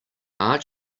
are